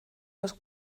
los